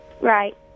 Right